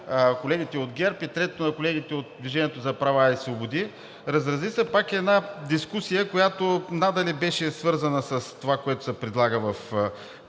колегите от ГЕРБ и третото на колегите от „Движение за права и свободи“. Разрази се пак дискусия, която надали беше свързана с това, което се предлага в по-голямата